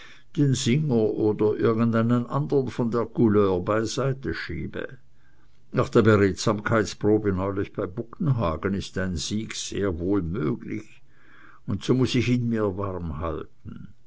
den singer oder irgendeinen andern von der couleur beiseite schiebe nach der beredsamkeitsprobe neulich bei buggenhagen ist ein sieg sehr wohl möglich und so muß ich ihn mir warmhalten